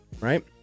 right